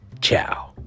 ciao